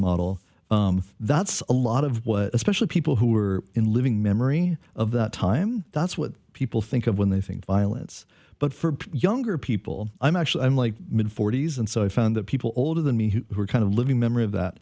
model that's a lot of what especially people who were in living memory of that time that's what people think of when they think violence but for younger people i'm actually i'm like mid forty's and so i found that people older than me who were kind of living memory of that